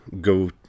go